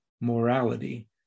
morality